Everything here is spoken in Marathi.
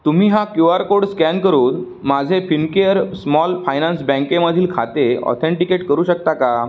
तुम्ही हा क्यू आर कोड स्कॅन करून माझे फिनकेअर स्मॉल फायनान्स बँकेमधील खाते ऑथेंटिकेट करू शकता का